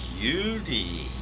Beauty